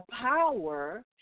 power